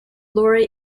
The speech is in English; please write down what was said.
lori